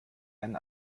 einen